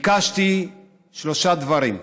ביקשתי שלושה דברים: